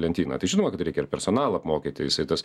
lentyną tai žinoma kad reikia ir personalą apmokyti jisai tas